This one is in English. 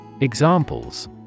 Examples